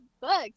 books